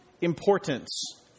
importance